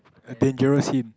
a dangerous hint